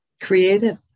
creative